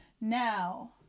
Now